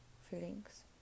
feelings